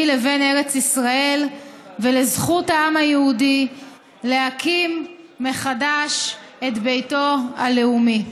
לבין ארץ ישראל ולזכות העם היהודי להקים מחדש את ביתו הלאומי.